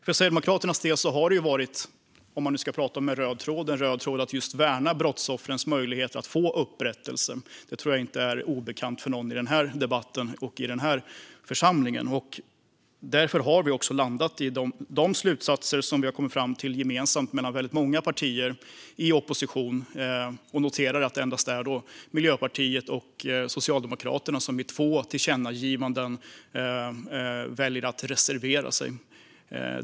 Om man ska prata om en röd tråd har det för Sverigedemokraternas del varit en röd tråd att värna brottsoffrens möjligheter att få upprättelse. Det tror jag inte är obekant för någon i denna debatt eller i denna församling. Därför har vi landat i de slutsatser som vi har kommit fram till gemensamt med många partier i opposition. Jag noterar att det endast är Miljöpartiet och Socialdemokraterna som väljer att reservera sig i två tillkännagivanden.